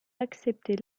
accepter